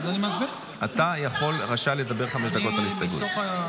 אתה יכול לדבר חמש דקות, גלעד.